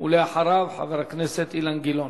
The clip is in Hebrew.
ואחריו, חבר הכנסת אילן גילאון.